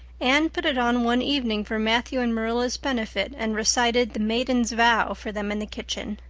anne put it on one evening for matthew's and marilla's benefit, and recited the maiden's vow for them in the kitchen.